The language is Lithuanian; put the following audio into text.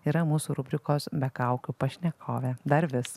yra mūsų rubrikos be kaukių pašnekovė dar vis